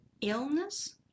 illness